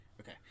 Okay